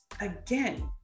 Again